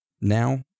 Now